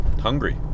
hungry